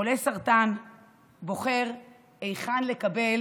חולה סרטן בוחר היכן לקבל